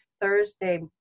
Thursday